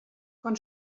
von